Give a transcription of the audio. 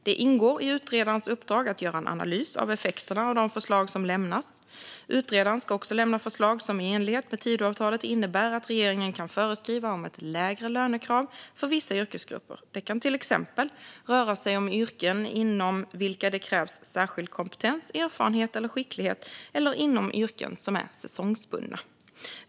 Det ingår i utredarens uppdrag att göra en analys av effekterna av de förslag som lämnas. Utredaren ska också lämna förslag som i enlighet med Tidöavtalet innebär att regeringen kan föreskriva om ett lägre lönekrav för vissa yrkesgrupper. Det kan till exempel röra sig om yrken inom vilka det krävs särskild kompetens, erfarenhet eller skicklighet eller yrken som är säsongsbundna.